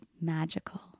magical